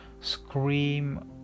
scream